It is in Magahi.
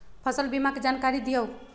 फसल बीमा के जानकारी दिअऊ?